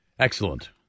Excellent